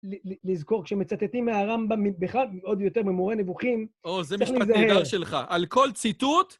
לזכור, כשמצטטים מהרמב״ם, בכלל עוד יותר ממורה נבוכים... או, זה משפט נהדר שלך. על כל ציטוט...